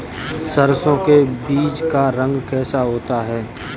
सरसों के बीज का रंग कैसा होता है?